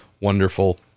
wonderful